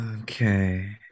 Okay